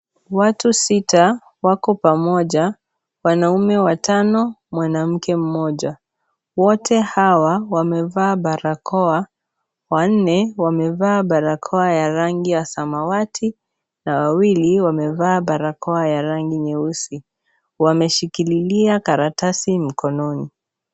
Watu sita wako pamoja. Wanaume watano, mwanamke mmoja. Wote hawa, wamevaa barakoa. Wanne wamevaa barakoa ya rangi ya samawati na wawili wamevaa barakoa ya rangi nyeusi. Wameshikililia karatasi mkononi.